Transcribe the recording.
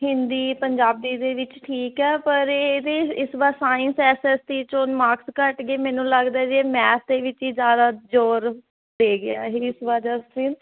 ਹਿੰਦੀ ਪੰਜਾਬੀ ਦੇ ਵਿੱਚ ਠੀਕ ਹੈ ਪਰ ਇਹਦੇ ਇਸ ਵਾਰ ਸਾਇੰਸ ਐੱਸ ਐੱਸ ਟੀ 'ਚੋਂ ਮਾਰਕਸ ਘੱਟ ਗਏ ਮੈਨੂੰ ਲੱਗਦਾ ਜੇ ਮੈਥ ਦੇ ਵਿੱਚ ਹੀ ਜ਼ਿਆਦਾ ਜ਼ੋਰ ਦੇ ਗਿਆ ਇਹ ਇਸ ਵਾਰ